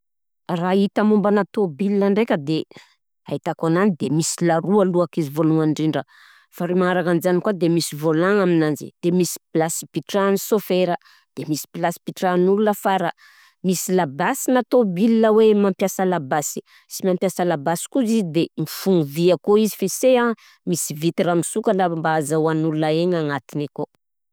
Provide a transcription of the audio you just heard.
Raha hita mombana tôbil ndraika de fahitako ananjy de misy laroany lohakiny izy vôlohany indrindra, faharoy magnaraka anjany koà de misy vôlan aminanjy de misy plasy pitrahan'ny sôfera de misy plasy pitrahan'ny olona afara, misy labasina tôbil hoe mampiasa labasy, sy lay mampiasa labasy koa zizy de mifogno vy akô izy f'io se an misy vitre misokatra mba azahoan'ny olona aigna agnatiny akao.